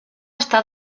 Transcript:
està